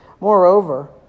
Moreover